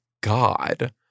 God